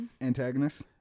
antagonist